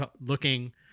looking